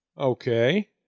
Okay